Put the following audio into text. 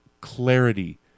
clarity